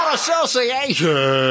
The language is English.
association